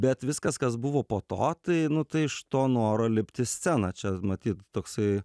bet viskas kas buvo po to tai nu tai iš to noro lipti į sceną čia matyt toksai